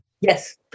Yes